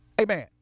Amen